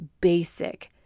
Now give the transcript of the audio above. basic